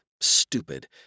Stupid